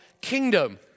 kingdom